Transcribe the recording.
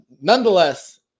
nonetheless